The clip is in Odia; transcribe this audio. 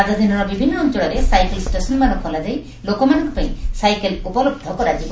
ରାଜଧାନୀର ବିଭିନ୍ ଅଞ୍ଞଳରେ ସାଇକେଲ୍ ଷେସନ୍ମାନ ଖୋଲାଯାଇ ଲୋକମାନଙ୍କ ପାଇଁ ସାଇକେଲ ଉପଲହ କରାଯିବ